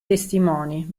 testimoni